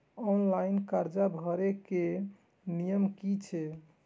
Online कर्जा भरे के नियम की छे?